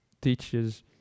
teaches